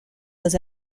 was